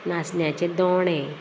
नाचण्याचे दोणे